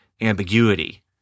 ambiguity